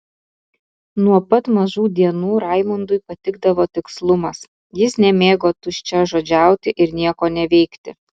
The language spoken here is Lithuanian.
nuo pat mažų dienų raimundui patikdavo tikslumas jis nemėgo tuščiažodžiauti ir nieko neveikti